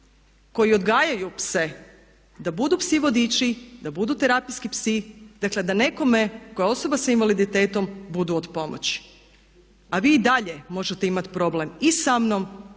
koji odgajaju pse da budu psi vodiči, da budu terapijski psi, dakle da nekome tko je osoba sa invaliditetom budu od pomoći. A vi i dalje možete imati problem i sa mnom